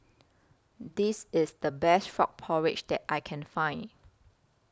This IS The Best Frog Porridge that I Can Find